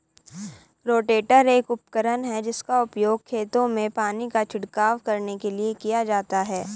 rotator एक उपकरण है जिसका उपयोग खेतों में पानी का छिड़काव करने के लिए किया जाता है